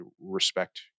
respect